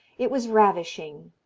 it was ravishing.